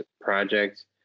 Project